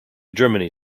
germany